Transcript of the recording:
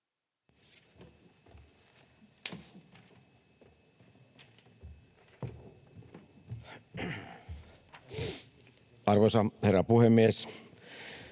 Arvoisa herra puhemies!